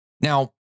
Now